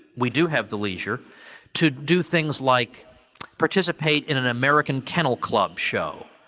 we do have the leisure to do things like participate in an american kennel club show,